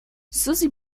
susie